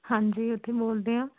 ਹਾਂਜੀ ਉੱਥੋਂ ਈ ਬੋਲਦੇ ਬੋਲਦੇ ਹਾਂ